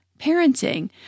parenting